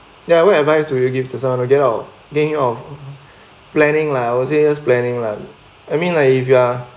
ya what advice would you give to someone gain of gaining of planning lah I will say just planning lah I mean like if you are